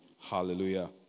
Hallelujah